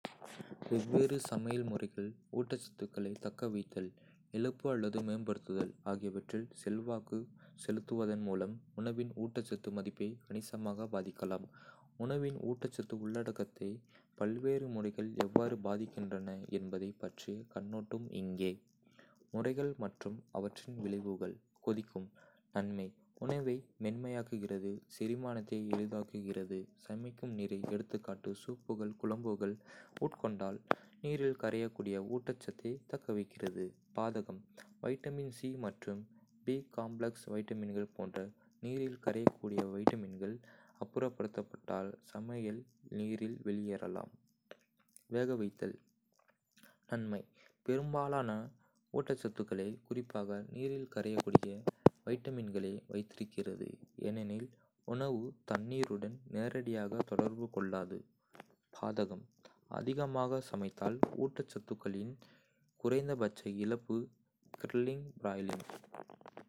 வெவ்வேறு சமையல் முறைகள் ஊட்டச்சத்துக்களை தக்கவைத்தல், இழப்பு அல்லது மேம்படுத்துதல் ஆகியவற்றில் செல்வாக்கு செலுத்துவதன் மூலம் உணவின் ஊட்டச்சத்து மதிப்பை கணிசமாக பாதிக்கலாம். உணவின் ஊட்டச்சத்து உள்ளடக்கத்தை பல்வேறு முறைகள் எவ்வாறு பாதிக்கின்றன என்பதைப் பற்றிய கண்ணோட்டம் இங்கே. முறைகள் மற்றும் அவற்றின் விளைவுகள். கொதிக்கும். நன்மை உணவை மென்மையாக்குகிறது, செரிமானத்தை எளிதாக்குகிறது, சமைக்கும் நீரை எகா சூப்கள், குழம்புகள். உட்கொண்டால் நீரில் கரையக்கூடிய ஊட்டச்சத்தை தக்கவைக்கிறது. பாதகம் வைட்டமின் சி மற்றும் பி-காம்ப்ளக்ஸ் வைட்டமின்கள் போன்ற நீரில் கரையக்கூடிய வைட்டமின்கள் அப்புறப்படுத்தப்பட்டால் சமையல் நீரில் வெளியேறலாம். வேகவைத்தல். நன்மை பெரும்பாலான ஊட்டச்சத்துக்களை, குறிப்பாக நீரில் கரையக்கூடிய வைட்டமின்களை வைத்திருக்கிறது, ஏனெனில் உணவு தண்ணீருடன் நேரடியாக தொடர்பு கொள்ளாது. பாதகம்: அதிகமாக சமைத்தால் ஊட்டச்சத்துக்களின் குறைந்தபட்ச இழப்பு. கிரில்லிங்/பிராய்லிங்